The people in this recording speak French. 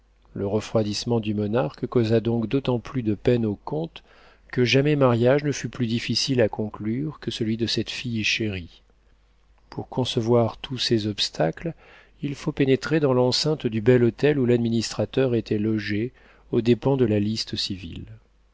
le refroidissement du monarque causa donc d'autant plus de peine au comte que jamais mariage ne fut plus difficile à conclure que celui de cette fille chérie pour concevoir tous ces obstacles il faut pénétrer dans l'enceinte du bel hôtel où l'administrateur était logé aux dépens de la liste civile